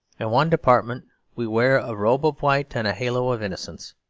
in one department we wear a robe of white and a halo of innocence.